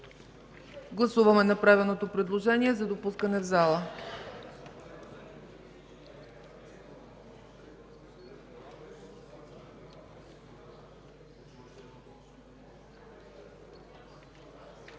Гласуваме направеното предложение за допускане в залата.